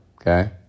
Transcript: okay